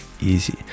easy